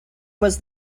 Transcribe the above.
was